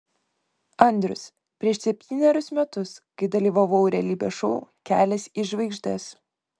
andrius prieš septynerius metus kai dalyvavau realybės šou kelias į žvaigždes